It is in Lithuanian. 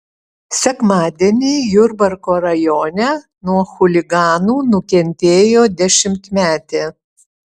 sekmadienį jurbarko rajone nuo chuliganų nukentėjo dešimtmetė